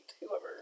whoever